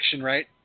right